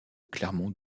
clermont